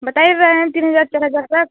बता रहे हैं तीन हजार चार हजार तक